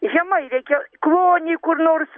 žemai reikia klony kur nors